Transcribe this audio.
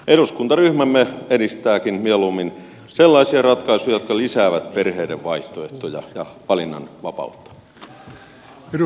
eduskuntaryhmämme edistääkin mieluummin sellaisia ratkaisuja jotka lisäävät perheiden vaihtoehtoja ja valinnanvapautta